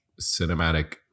cinematic